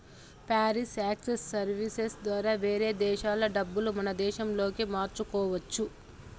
foreign exchange services ద్వారా వేరే దేశాల డబ్బులు మన దేశంలోకి మార్చుకోవచ్చు